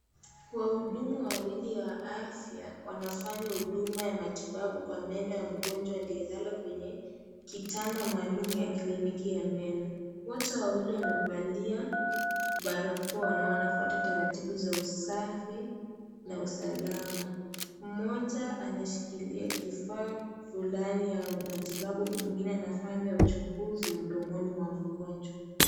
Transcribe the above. Wahudumu wawili wa afya wanafanya huduma ya matibabu kwa meno ya mgonjwa aliyelala kwenye kitanda maalum ya kliniki ya meno, wote wawili wamevalia barakoa na wanafuata taratibu za usafi na usalama, moja anashikilia kifaa fulani ya matibabu huku mwingine anafanya uchunguzi mdomoni mwa mgonjwa.